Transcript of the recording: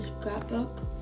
scrapbook